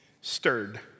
Stirred